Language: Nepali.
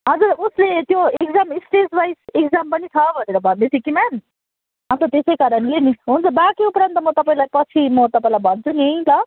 हजुर उसले त्यो इक्जाम स्टेजवाइस इक्जाम छ भनेर भन्दै थियो कि म्याम अन्त त्यसै कारणले नि हुन्छ बाँकी उपरान्त म तपाईँलाई पछि म तपाईँलाई भन्छु नि त